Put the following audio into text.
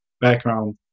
background